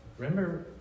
Remember